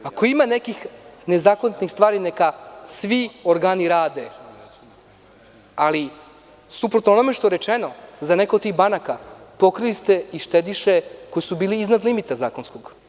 Ako ima nekih nezakonitih stvari, neka svi organi rade, ali nasuprot onome što je rečeno za neke od tih banaka, pokrili ste i štediše koji su bili iznad limita zakonskog.